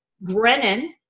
Brennan